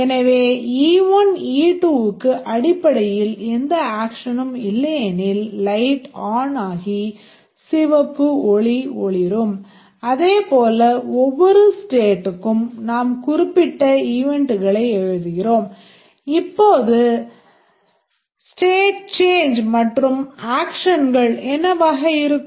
எனவே e1 e2 க்கு அடிப்படையில் எந்த ஆக்ஷனும் என்னவாக இருக்கும்